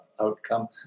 outcome